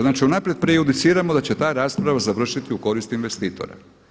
Znači unaprijed prejudiciramo da će ta rasprava završiti u korist investitora.